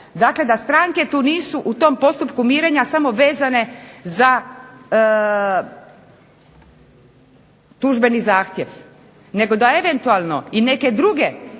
dakle da stranke tu nisu, u tom postupku mirenja samo vezane za tužbeni zahtjev, nego da eventualno i neke druge